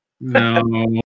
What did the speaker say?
No